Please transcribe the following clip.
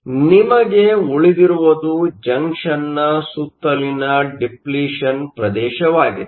ಆದ್ದರಿಂದ ನಿಮಗೆ ಉಳಿದಿರುವುದು ಜಂಕ್ಷನ್ನ ಸುತ್ತಲಿನ ಡಿಪ್ಲಿಷನ್ ಪ್ರದೇಶವಾಗಿದೆ